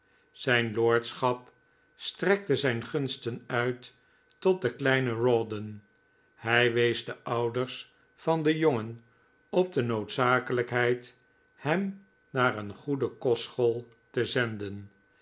zijn lordschap strekte zijn gunsten uit tot den kleinen rawdon p p hii wees de ouders van den jonaen op de noodzakelijkheid hem naar een goede oa oo oa do kostschool te zenden